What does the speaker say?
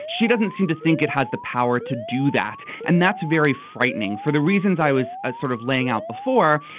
she doesn't seem to think it has the power to do that and that's very frightening for the reasons i was ah sort of laying out before.